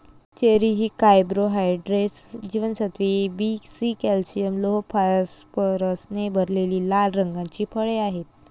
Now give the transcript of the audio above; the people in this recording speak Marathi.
चेरी ही कार्बोहायड्रेट्स, जीवनसत्त्वे ए, बी, सी, कॅल्शियम, लोह, फॉस्फरसने भरलेली लाल रंगाची फळे आहेत